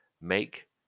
Make